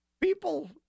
people